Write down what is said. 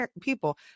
people